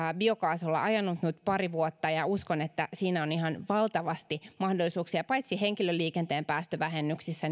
biokaasulla ajanut nyt pari vuotta ja uskon että siinä on ihan valtavasti mahdollisuuksia paitsi henkilöliikenteen päästövähennyksissä